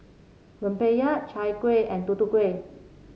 rempeyek Chai Kueh and Tutu Kueh